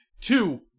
Two